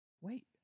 Wait